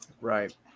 Right